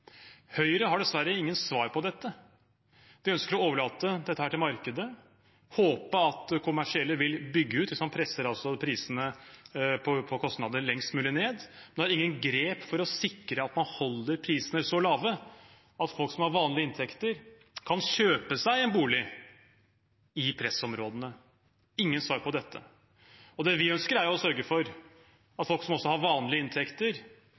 Høyre har dessverre ingen svar på dette. De ønsker å overlate dette til markedet og håper at kommersielle vil bygge ut hvis man presser prisene på kostnader lengst mulig ned, men har ingen grep for å sikre at man holder prisene så lave at folk som har vanlige inntekter, kan kjøpe seg en bolig i pressområdene – har ingen svar på dette. Det vi ønsker, er å sørge for at folk som også har vanlige inntekter,